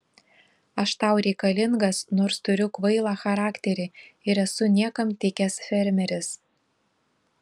aš tau reikalingas nors turiu kvailą charakterį ir esu niekam tikęs fermeris